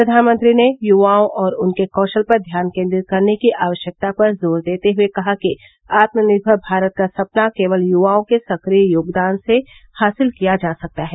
प्रघानमंत्री ने युवाओं और उनके कौशल पर ध्यान केन्द्रित करने की आवश्यकता पर जोर देते हुए कहा कि आत्मनिर्भर भारत का सपना केवल युवाओं के सक्रिय योगदान से हासिल किया जा सकता है